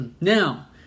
now